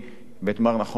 ואת מר נחום איצקוביץ,